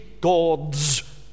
God's